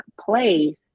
place